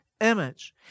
Image